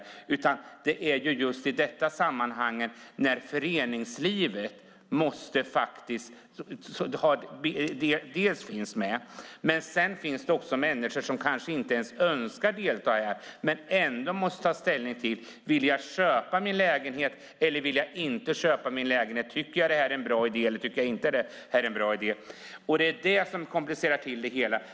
Det är just i dessa sammanhang när det dels handlar om föreningslivet men där det också finns människor som kanske inte ens önskar delta i detta men ändå måste ta ställning till om de vill köpa sin lägenhet eller inte och om de tycker att detta är bra eller inte. Det är det som komplicerar det hela.